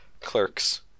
Clerks